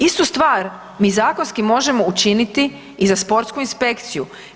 Istu stvar mi zakonski možemo učiniti i za sportsku inspekciju.